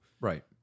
Right